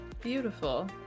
Beautiful